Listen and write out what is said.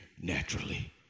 naturally